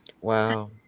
wow